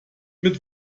mit